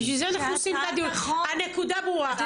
בשביל זה אנחנו עושים את הדיון, הנקודה ברורה.